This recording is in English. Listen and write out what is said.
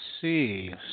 see